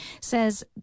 says